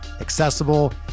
accessible